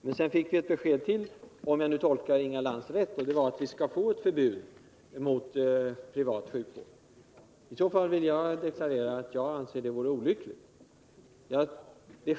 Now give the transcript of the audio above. Vi fick också, om jag nu tolkade Inga Lantz rätt, ytterligare ett besked, nämligen att det måste införas ett förbud mot privatsjukvård. I så fall vill jag deklarera att jag anser att det vore olyckligt.